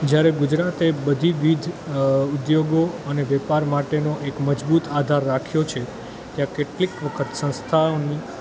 જ્યારે ગુજરાતે બધી બીજ ઉદ્યોગો અને વેપાર માટેનો એક મજબૂત આધાર રાખ્યો છે ત્યાં કેટલીક વખત સંસ્થાઓની